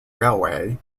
railway